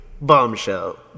bombshell